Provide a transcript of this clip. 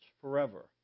forever